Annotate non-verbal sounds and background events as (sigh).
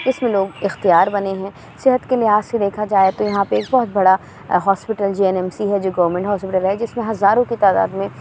(unintelligible) لوگ اختیار بنے ہیں صحت کے لحاظ سے دیکھا جائے تو یہاں پہ بہت بڑا hospital G N M C ہے جو گورنمنٹ ہاسپیٹل ہے جس میں ہزاروں کی تعداد میں